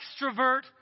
extrovert